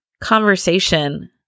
conversation